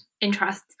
interests